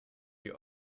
die